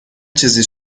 چیزی